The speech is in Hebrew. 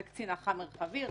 קצין אח"מ מרחבי,